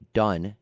done